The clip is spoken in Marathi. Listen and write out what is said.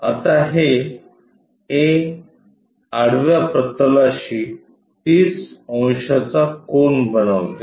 आता हे A आडव्या प्रतलाशी 30 अंशाचा कोन बनवते